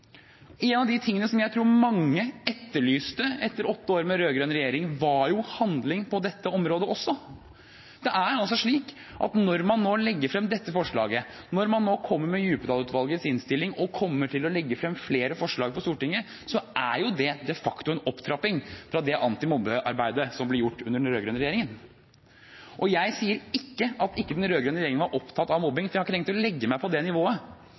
En av de tingene som jeg tror mange etterlyste etter åtte år med den rød-grønne regjeringen, var handling også på dette området. Det er altså slik at når man nå legger frem dette forslaget, når man nå kommer med Djupedal-utvalgets innstilling og kommer til å legge frem flere forslag for Stortinget, er det de facto opptrapping av det antimobbearbeidet som ble gjort under den rød-grønne regjeringen. Jeg sier ikke at den rød-grønne regjeringen ikke var opptatt av mobbing – jeg har ikke tenkt å legge meg på det nivået